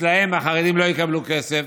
אצלם החרדים לא יקבלו כסף.